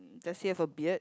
does he have a beard